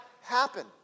happen